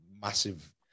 massive